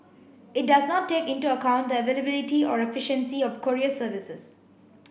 it does not take into account the availability or efficiency of courier services